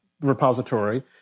repository